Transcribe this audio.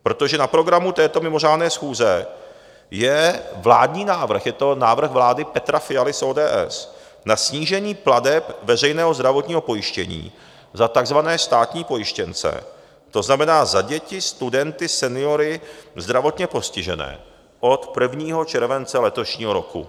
Protože na programu této mimořádné schůze je vládní návrh, je to návrh vlády Petra Fialy z ODS, na snížení plateb veřejného zdravotního pojištění za takzvané státní pojištěnce, to znamená za děti, studenty, seniory, zdravotně postižené, od 1. července letošního roku.